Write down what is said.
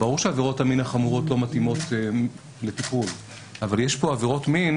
ברור שעבירות המין החמורות לא מתאימות לתיקון אבל יש כאן עבירות מין